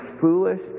foolish